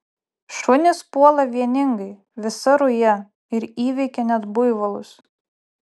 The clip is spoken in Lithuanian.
šunys puola vieningai visa ruja ir įveikia net buivolus